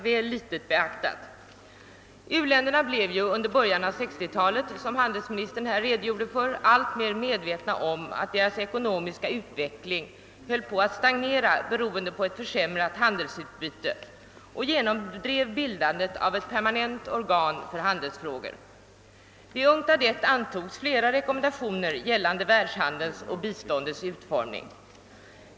U-länderna blev under början av 1960 talet — som handelsministern här redogjort för — alltmer medvetna om att deras ekonomiska utveckling höll på att stagnera, beroende på ett försämrat handelsutbyte, och genomdrev bildandet av ett permanent organ för handelsfrågor. Vid UNCTAD I antogs flera rekommendationer gällande världshandelns och biståndets utformning.